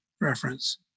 reference